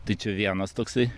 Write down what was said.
tai čia vienas toksai